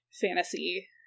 fantasy